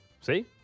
See